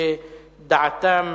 שדעתם